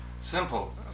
Simple